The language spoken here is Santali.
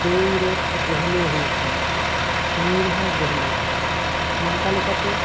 ᱫᱟᱹᱭ ᱨᱮ ᱜᱟᱹᱦᱞᱟᱹ ᱦᱩᱭᱩᱜ ᱠᱟᱱᱟ ᱢᱟᱹᱭ ᱨᱮᱦᱚᱸ ᱜᱟᱹᱦᱞᱟᱹ ᱱᱚᱝᱠᱟ ᱞᱮᱠᱟᱛᱮ